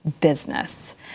business